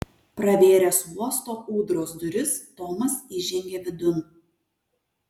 pravėręs uosto ūdros duris tomas įžengė vidun